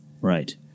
Right